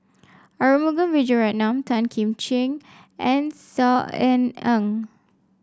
Arumugam Vijiaratnam Tan Kim Ching and Saw Ean Ang